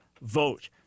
vote